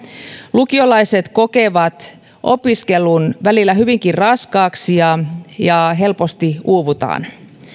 lukiolaiset kokevat opiskelun välillä hyvinkin raskaaksi ja helposti uuvutaan